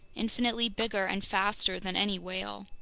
infinitely bigger and faster than any whale.